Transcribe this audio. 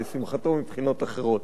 לשמחתו מבחינות אחרות.